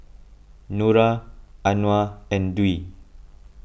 Nura Anuar and Dwi